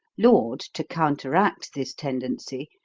laud, to counteract this tendency,